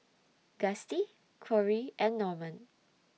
Gustie Corie and Norman